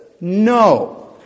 No